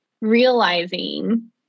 realizing